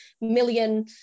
million